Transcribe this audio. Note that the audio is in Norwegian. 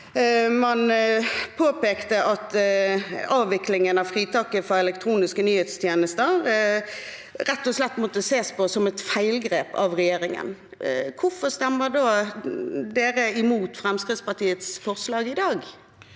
budsjett at avviklingen av fritaket for elektroniske nyhetstjenester rett og slett måtte ses på som et feilgrep av regjeringen. Hvorfor stemmer da SV imot Fremskrittspartiets forslag i dag?